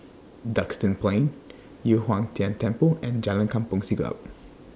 Duxton Plain Yu Huang Tian Temple and Jalan Kampong Siglap